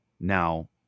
Now